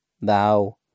Thou